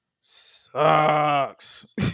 sucks